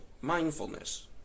mindfulness